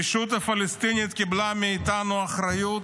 הרשות הפלסטינית קיבלה מאיתנו אחריות